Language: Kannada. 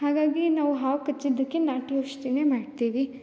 ಹಾಗಾಗಿ ನಾವು ಹಾವು ಕಚ್ಚಿದ್ದಕ್ಕೆ ನಾಟಿ ಔಷಧಿಯೇ ಮಾಡ್ತೀವಿ